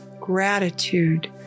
Gratitude